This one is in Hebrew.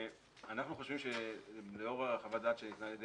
אנחנו חושבים שלאור חוות הדעת שניתנה על ידי